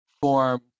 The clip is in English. form